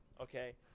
okay